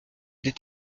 des